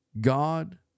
God